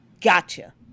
Gotcha